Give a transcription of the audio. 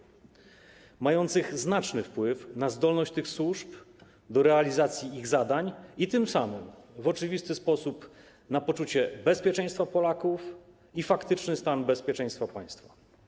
Braki kadrowe mają znaczny wpływ na zdolność tych służb do realizacji ich zadań, tym samym w oczywisty sposób wpływają na poczucie bezpieczeństwa Polaków i faktyczny stan bezpieczeństwa państwa.